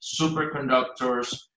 superconductors